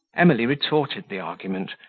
emily retorted the argument,